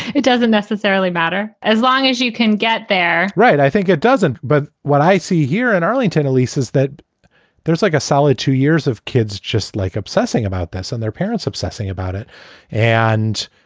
it doesn't necessarily matter as long as you can get there, right? i think it doesn't. but what i see here in arlington releases that there's like a solid two years of kids just like obsessing about this and their parents obsessing about it and.